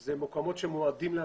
הם מקומות שמועדים להצפה.